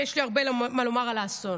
כי יש לי הרבה מה לומר על העשור,